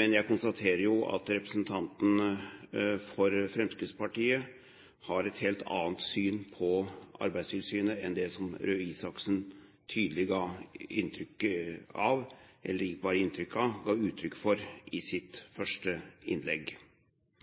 men jeg konstaterer jo at representanten for Fremskrittspartiet har et helt annet syn på Arbeidstilsynet enn det som Røe Isaksen tydelig ga uttrykk for i sitt første innlegg. Det som er å si i